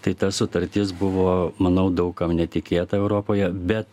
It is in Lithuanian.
tai ta sutartis buvo manau daug kam netikėta europoje bet